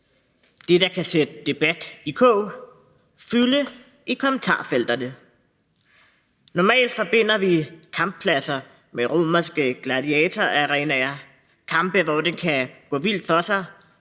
det, der kan sætte debatten i kog og fylde i kommentarfelterne. Normalt forbinder vi kamppladser med romerske gladiatorarenaer, hvor det kan gå vildt for sig